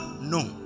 No